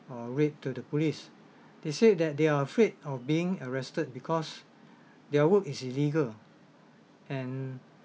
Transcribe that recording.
or rape to the police they said that they are afraid of being arrested because their work is illegal and